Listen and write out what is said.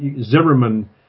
Zimmerman